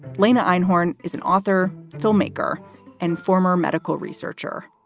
lena einhorn is an author, filmmaker and former medical researcher.